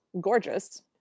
gorgeous